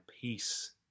peace